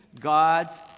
God's